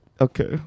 Okay